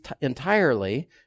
entirely